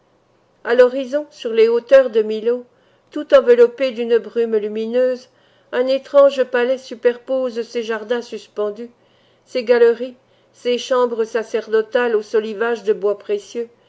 à l'horizon sur les hauteurs de millô tout enveloppé d'une brume lumineuse un étrange palais superpose ses jardins suspendus ses galeries ses chambres sacerdotales aux solivages de bois précieux